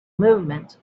movement